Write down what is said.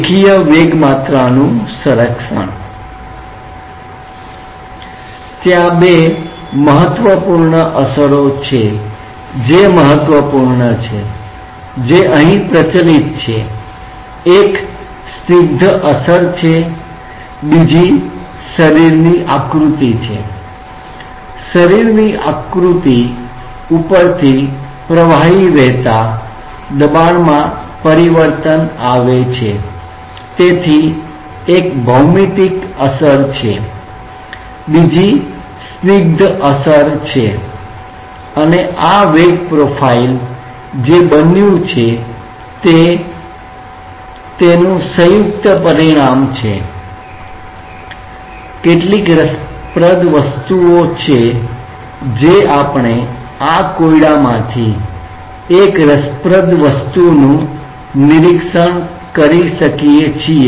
રેખીય વેગમાત્રાનું સંરક્ષણ કેટલીક રસપ્રદ વસ્તુઓ છે જે આપણે આ કોયડાઓમાંથી એક રસપ્રદ વસ્તુનુ નિરીક્ષણ કરી શકીએ છીએ